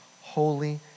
holy